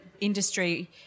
industry